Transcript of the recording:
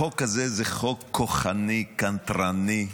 החוק הזה זה חוק כוחני, קנטרני,